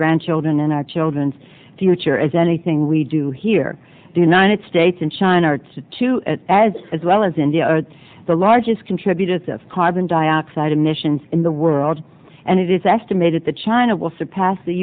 grandchildren and our children's future as anything we do here the united states and china are to to as as well as india are the largest contributors of carbon dioxide emissions in the world and it is estimated that china will surpass the